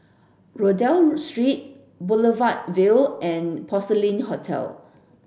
Rodyk Street Boulevard Vue and Porcelain Hotel